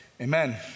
Amen